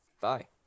Bye